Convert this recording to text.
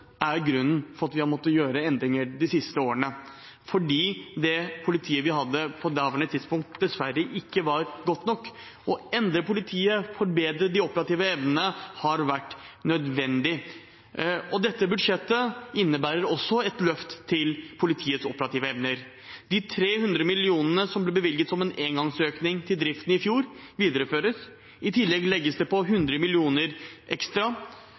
er grunnen til at vi har måttet gjøre endringer de siste årene, for det politiet vi hadde på det daværende tidspunkt, var dessverre ikke godt nok. Å endre politiet og forbedre de operative evnene har vært nødvendig. Dette budsjettet innebærer også et løft til politiets operative evner. De 300 mill. kr som ble bevilget som en engangsøkning til driften i fjor, videreføres. I tillegg legges det på 100 mill. kr ekstra,